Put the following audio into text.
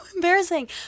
Embarrassing